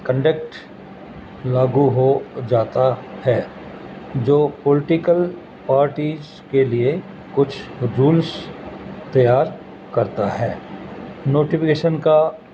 conduct لاگو ہو جاتا ہے جو پوولٹیکل پارٹیز کے لیے کچھ رولس تیار کرتا ہے نوٹیفیکیشن کا